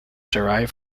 derived